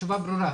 התשובה ברורה.